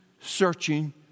searching